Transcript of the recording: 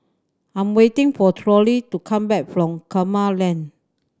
I'm waiting for Torey to come back from Kramat Lane